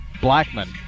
Blackman